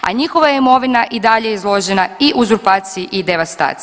a njihova je imovina i dalje izložena i uzurpaciji i devastaciji.